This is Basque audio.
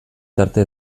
tarte